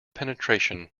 penetration